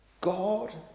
God